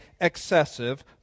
excessive